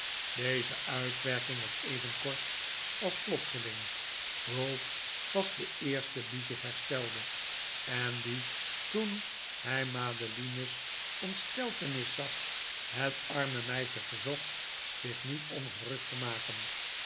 deze uitwerking was even kort als plotseling ralph was deeerste die zich herstelde en die toen hij madeline's ontsteltenis zag het arme meisje verzocht zich niet ongerust te maken